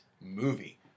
movie